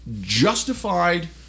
justified